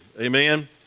amen